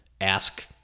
ask